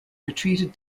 retreated